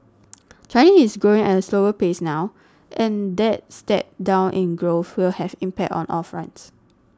China is growing at a slower pace now and that step down in growth will have impact on all fronts